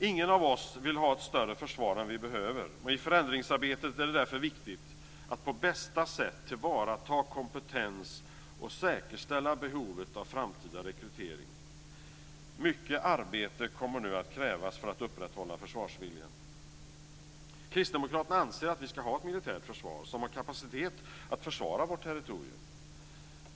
Ingen av oss vill ha ett större försvar än vi behöver, och i förändringsarbetet är det därför viktigt att på bästa sätt tillvarata kompetens och säkerställa behovet av framtida rekrytering. Mycket arbete kommer nu att krävas för att upprätthålla försvarsviljan. Kristdemokraterna anser att vi ska ha ett militärt försvar som har kapacitet att försvara vårt territorium.